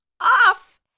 off